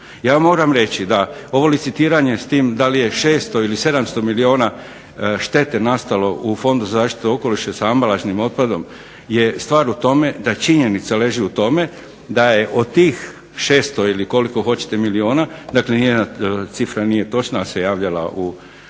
Ja moram reći da ovo licitiranje s tim da li je 600 ili 700 milijuna štete nastalo u Fondu zaštite okoliša s ambalažnim otpadom je stvar u tome da činjenica leži u tome da je od tih 600 ili koliko hoćete milijuna, dakle ni jedna cifra nije točna, ali se javljala u dnevnom